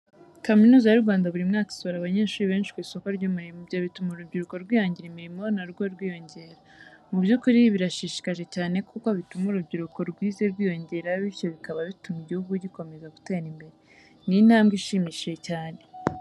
Kaminuza y'u Rwanda buri mwaka isohora abanyeshuri benshi ku isoko ry'umurimo. Ibyo bituma urubyiruko rwihangira imirimo na rwo rwiyongera. Mu by'ukuri birashishikaje cyane kuko bituma urubyiruko rwize rwiyongera bityo bikaba bituma igihugu gikomeza gutera imbere. Ni intambwe ishimishije cyane.